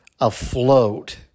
afloat